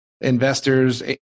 investors